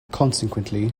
consequently